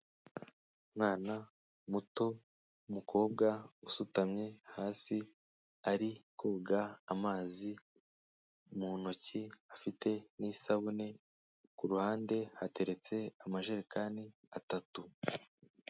Umwana muto w'umukobwa usutamye hasi ari koga amazi, mu ntoki afite n'isabune ku ruhande hateretse amajerekani atatu.